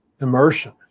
immersion